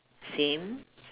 same